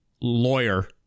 lawyer